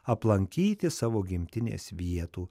aplankyti savo gimtinės vietų